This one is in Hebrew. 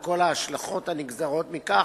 על כל ההשלכות הנגזרות מכך,